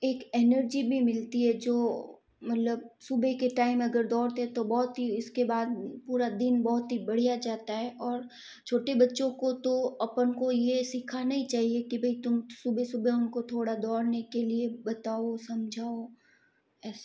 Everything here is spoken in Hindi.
एक एनर्जी भी मिलती है जो मतलब सुबह के टाइम अगर दौड़ते तो बहुत ही इसके बाद पूरा दिन बहुत ही बढ़िया जाता है और छोटे बच्चों को तो अपन को ये सिखाना ही चाहिए की भई तुम सुबह सुबह उनको थोड़ा दौड़ने के लिए बताओ समझाओ ऐसा